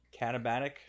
Catabatic